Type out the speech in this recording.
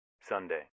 Sunday